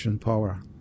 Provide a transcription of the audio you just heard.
power